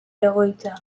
egoitza